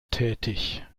tätig